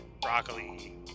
broccoli